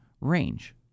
range